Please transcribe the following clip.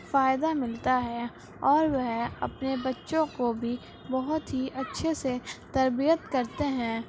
فائدہ ملتا ہے اور وہ اپنے بچوں کو بھی بہت ہی اچھے سے تربیت کرتے ہیں